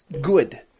good